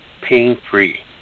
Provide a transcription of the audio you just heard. pain-free